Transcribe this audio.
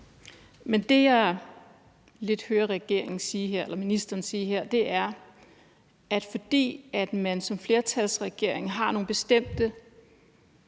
Men det, jeg lidt hører ministeren sige her, er, at fordi man som flertalsregering har nogle bestemte